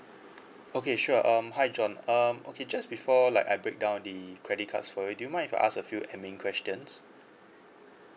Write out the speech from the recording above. okay sure um hi john um just before like I break down the credit cards for you might ask a few admin questions